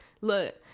Look